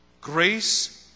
grace